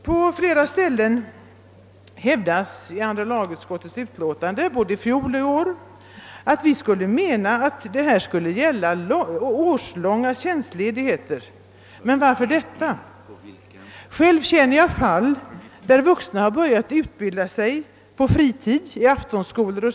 Både i fjol och i år hävdas på flera ställen i andra lagutskottets utlåtanden att vi avser att detta skulle gälla årslånga tjänstledigheter. Men varför detta? Själv känner jag fall där vuxna börjat utbilda: sig på fritiden i aftonskolor 0.